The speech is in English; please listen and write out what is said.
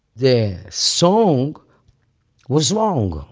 the song was wrong,